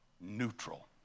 neutral